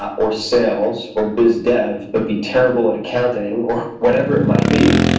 ah or sales, or biz-dev, but be terrible at accounting or whatever it might be,